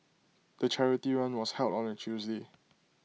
the charity run was held on A Tuesday